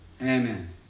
Amen